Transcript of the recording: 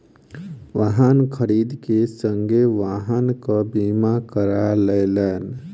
वाहन खरीद के संगे वाहनक बीमा करा लेलैन